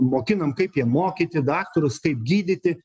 mokinam kaip jiem mokyti daktarus kaip gydyti